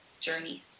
journey